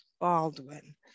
baldwin